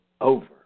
over